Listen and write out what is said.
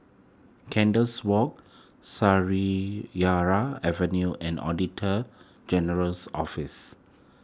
Kandis Walk Avenue and Auditor General's Office